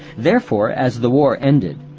therefore, as the war ended,